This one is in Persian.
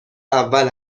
اول